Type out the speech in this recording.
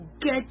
Get